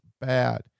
bad